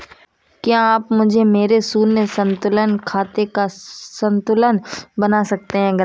क्या आप मुझे मेरे शून्य संतुलन खाते का संतुलन बता सकते हैं?